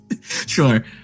Sure